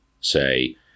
say—